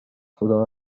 faudra